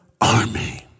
army